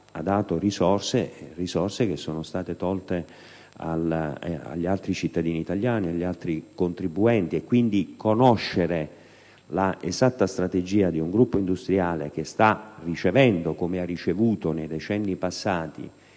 assegnato risorse che sono state tolte agli altri cittadini italiani, agli altri contribuenti. Pertanto, conoscere l'esatta strategia di un gruppo industriale che sta ricevendo, come è accaduto nei decenni passati,